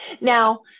Now